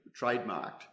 trademarked